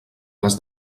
les